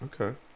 Okay